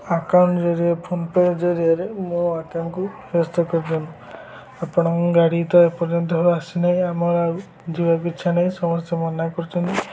account ଜରିଆରେ PhonePe' ଜରିଆରେ ମୋ ଆକାଣ୍ଟ୍କୁ ଫେରସ୍ତ କରି ଦିଅନ୍ତୁ ଆପଣଙ୍କ ଗାଡ଼ି ତ ଏପର୍ଯ୍ୟନ୍ତ ଆସିନାହିଁ ଆମର ଆଉ ଯିବାକୁ ଇଚ୍ଛା ନାହିଁ ସମସ୍ତେ ମନା କରୁଛନ୍ତି